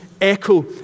echo